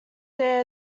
their